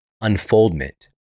unfoldment